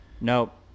nope